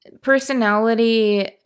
personality